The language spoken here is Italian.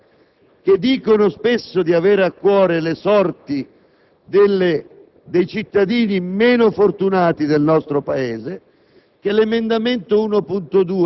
Questo è considerato un mero aggiustamento formale,